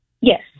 Yes